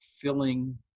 filling